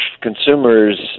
consumers